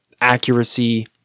accuracy